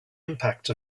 impact